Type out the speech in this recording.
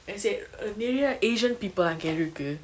and say err நெரய:neraya asian people ah அங்க இருக்கு:anga iruku